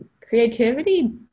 creativity